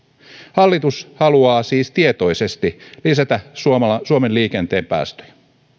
hallitus haluaa siis tietoisesti lisätä suomen liikenteen päästöjä